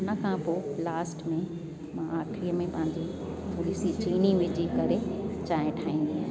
हुन खां पोइ लास्ट में मां आखरीअ में पंहिंजी थोरी सी चिनी विझी करे चांहि ठाहींदी आहियां